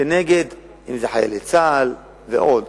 נגד חיילי צה"ל ועוד.